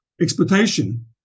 exploitation